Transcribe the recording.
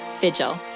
Vigil